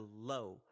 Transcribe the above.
Hello